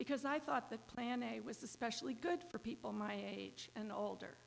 because i thought that plan a was especially good for people my age and older